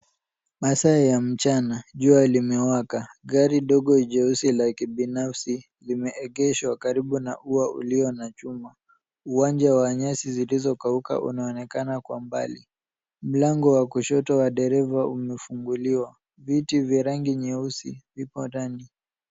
Masaa ya mchana, jua limewaka, gari dogo jeusi la kibinafsi limeegeshwa karibu na ua ulio na chuma. Uwanja wa nyasi zilizokauka, unaonekana kwa mbali. Mlango wa kushoto wa dereva umefunguliwa, viti vya rangi nyeusi vipo ndani.